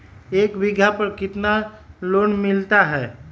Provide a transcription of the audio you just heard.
एक बीघा पर कितना लोन मिलता है?